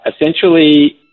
essentially